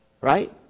right